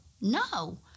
no